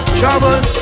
trouble